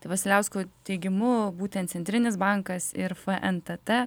tai vasiliausko teigimu būtent centrinis bankas ir fntt